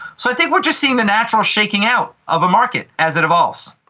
so i think we are just seeing the natural shaking out of a market as it evolves.